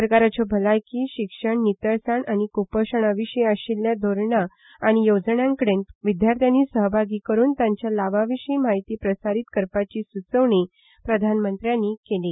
सरकाराच्या भलायकी शिक्षण नितळसाण कुपोशणा विशीं आशिल्ल्या धोरणां आनी येवजण्यांकडे विद्यार्थ्यांक सहभागी करून तांच्या लावा विशीं म्हायती प्रसारीत करपाची सुचोवणी प्रधनमंत्र्यांनी केली